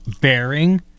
bearing